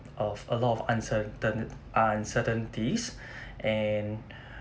of a lot of uncertain~ uncertainties